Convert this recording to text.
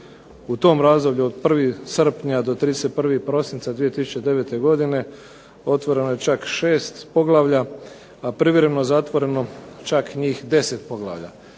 u tom razdoblju od 1. srpnja do 31. prosinca 2009. godine otvoreno je čak 6 poglavlja, a privremeno zatvoreno čak njih 10 poglavlja.